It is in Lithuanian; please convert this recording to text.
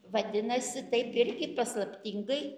vadinasi taip irgi paslaptingai